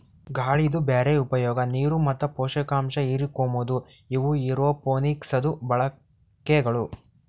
ಗಾಳಿದು ಬ್ಯಾರೆ ಉಪಯೋಗ, ನೀರು ಮತ್ತ ಪೋಷಕಾಂಶ ಹಿರುಕೋಮದು ಇವು ಏರೋಪೋನಿಕ್ಸದು ಬಳಕೆಗಳು